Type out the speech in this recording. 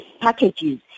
packages